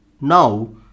Now